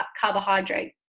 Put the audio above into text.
carbohydrate